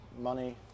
money